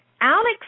Alex